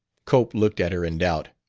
cope looked at her in doubt.